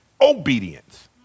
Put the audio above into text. obedience